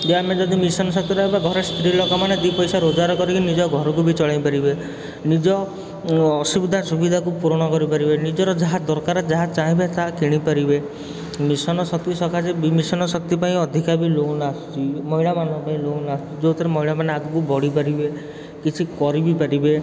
ଯେ ଆମେ ଯଦି ମିଶନ୍ ଶକ୍ତିରେ ରହିବା ଘରେ ସ୍ତ୍ରୀ ଲୋକମାନେ ଦୁଇ ପଇସା ରୋଜଗାର କରିକି ନିଜ ଘରକୁ ବି ଚଳେଇ ପାରିବେ ନିଜ ଅସୁବିଧା ସୁବିଧାକୁ ପୂରଣ କରିପାରିବେ ନିଜର ଯାହା ଦରକାର ଯାହା ଚାହିଁବେ ତା' କିଣିପାରିବେ ମିଶନ୍ ଶକ୍ତି ସକାସେ ମିଶନ୍ ଶକ୍ତି ପାଇଁ ଅଧିକା ବି ଲୋନ୍ ଆସୁଛି ମହିଳାମାନଙ୍କ ପାଇଁ ଲୋନ୍ ଆସୁଛି ଯେଉଁଥିରେ ମହିଳାମାନେ ଆଗକୁ ବଢ଼ିପାରିବେ କିଛି କରିବି ପାରିବେ